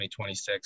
2026